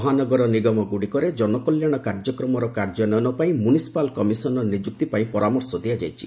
ମହାନଗର ନିଗମଗୁଡ଼ିକରେ ଜନକଲ୍ୟାଣ କାର୍ଯ୍ୟକ୍ରମର କାର୍ଯ୍ୟାନ୍ୱୟନ ପାଇଁ ମୁନିସିପାଲ କମିଶନର ନିଯୁକ୍ତି ପାଇଁ ପରାମର୍ଶ ଦିଆଯାଇଛି